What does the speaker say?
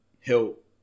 help